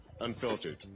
Unfiltered